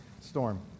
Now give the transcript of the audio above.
storm